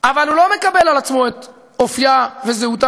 אבל הוא לא מקבל על עצמו את אופייה ואת זהותה